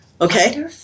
Okay